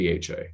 DHA